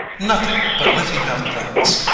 nothing, but let him have thanks.